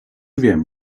wiem